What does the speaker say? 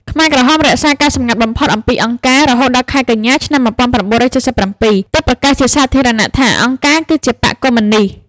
ខ្មែរក្រហមរក្សាការសម្ងាត់បំផុតអំពី «អង្គការ» រហូតដល់ខែកញ្ញា ឆ្នាំ១៩៧៧ ទើបប្រកាសជាសាធារណៈថាអង្គការគឺជាបក្សកុម្មុយនីស្ត។